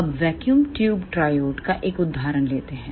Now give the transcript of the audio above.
अब vacuum tube triode का एक उदाहरण लेते हैं